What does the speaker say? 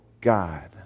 God